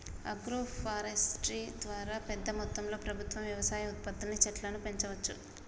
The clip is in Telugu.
ఆగ్రో ఫారెస్ట్రీ ద్వారా పెద్ద మొత్తంలో ప్రభుత్వం వ్యవసాయ ఉత్పత్తుల్ని చెట్లను పెంచవచ్చు